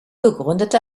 begründete